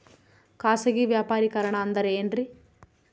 ಖಾಸಗಿ ವ್ಯಾಪಾರಿಕರಣ ಅಂದರೆ ಏನ್ರಿ?